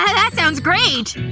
ah that sounds great!